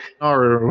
Naru